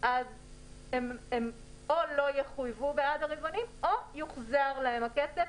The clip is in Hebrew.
הם לא יחויבו בעד הרבעון או שיוחזר להם הכסף